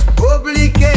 public